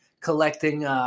collecting –